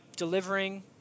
delivering